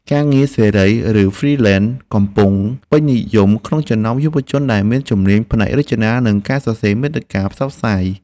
ការងារសេរី ឬហ្វ្រីឡែនកំពុងពេញនិយមក្នុងចំណោមយុវជនដែលមានជំនាញផ្នែករចនា និងការសរសេរមាតិកាផ្សព្វផ្សាយ។